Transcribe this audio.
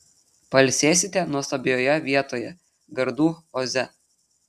pailsėsite nuostabioje vietovėje gardų oze